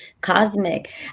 Cosmic